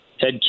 Ted